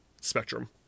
spectrum